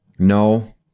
No